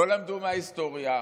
לא למדו מההיסטוריה,